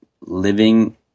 living